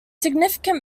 significant